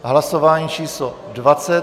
Hlasování číslo 20.